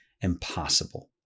impossible